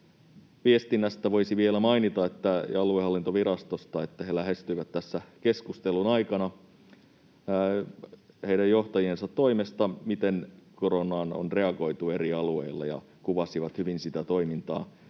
voisi vielä mainita, että he lähestyivät tässä keskustelun aikana heidän johtajiensa toimesta, miten koronaan on reagoitu eri alueilla, ja kuvasivat hyvin sitä toimintaa.